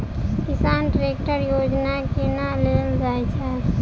किसान ट्रैकटर योजना केना लेल जाय छै?